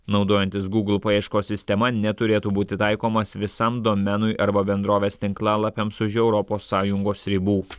naudojantis google paieškos sistema neturėtų būti taikomas visam domenui arba bendrovės tinklalapiams už europos sąjungos ribų